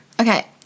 okay